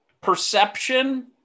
perception